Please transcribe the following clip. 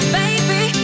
baby